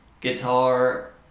guitar